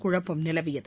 குழப்பமும் நிலவியது